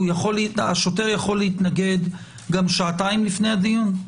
השוטר יכול להתנגד גם שעתיים לפני הדיון?